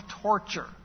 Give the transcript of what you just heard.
torture